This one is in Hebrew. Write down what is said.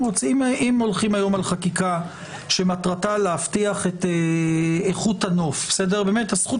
אם הולכים היום על חקיקה שמטרתה להבטיח את איכות הנוף הזכות